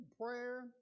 prayer